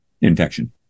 infection